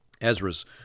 Ezra's